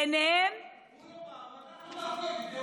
בעיניהם, הוא